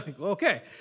Okay